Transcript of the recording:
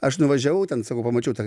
aš nuvažiavau ten savo pamačiau ten